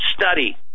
study